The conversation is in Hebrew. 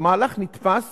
המהלך נתפס